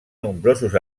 nombrosos